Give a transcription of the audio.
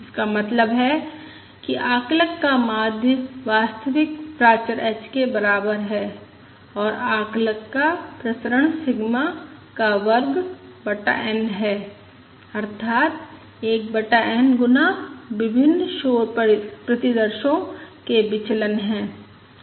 इसका मतलब है कि आकलक का माध्य वास्तविक प्राचर h के बराबर है और आकलक का प्रसरण सिग्मा का वर्ग बटा N है अर्थात 1 बटा N गुना विभिन्न शोर प्रतिदर्शो के विचलन है